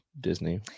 Disney